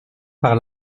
par